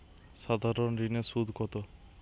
সাধারণ ঋণের সুদ কত?